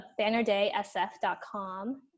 bannerdaysf.com